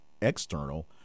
external